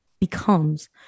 becomes